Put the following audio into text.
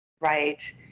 right